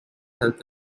health